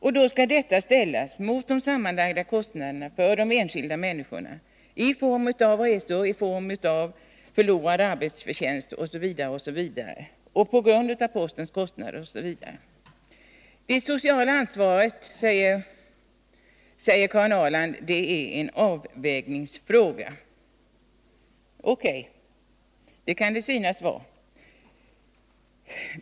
Och detta skall ställas mot de sammanlagda kostnaderna för de enskilda människorna i form av resor, förlorad arbetsförtjänst osv. och mot postens kostnader. När det gäller det sociala ansvaret, säger Karin Ahrland, är det en avvägningsfråga. O. K., det kan det synas vara.